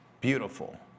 beautiful